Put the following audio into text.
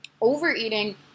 Overeating